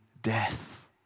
Death